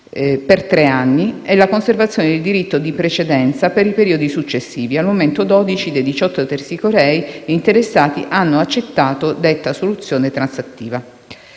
per tre anni e la conservazione del diritto di precedenza per i periodi successivi. Al momento dodici dei diciotto tersicorei interessati hanno accettato detta soluzione transattiva».